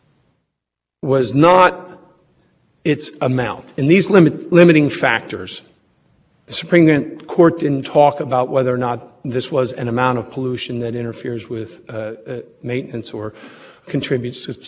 so we started with endorsing e p a s view of looking at cost as determining the amount and then we changed over to look at to check the outcome of that analysis against the actual air quality